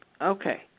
Okay